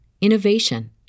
innovation